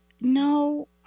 No